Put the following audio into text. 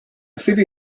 city